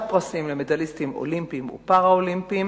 פרסים למדליסטים אולימפיים ופראלימפיים.